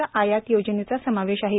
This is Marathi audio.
चं आयात योजनेचा समावेश आहे